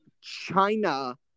China